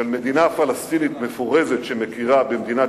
של מדינה פלסטינית מפורזת שמכירה במדינת